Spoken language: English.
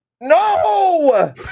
no